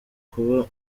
kuba